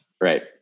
Right